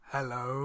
Hello